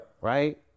Right